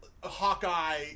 hawkeye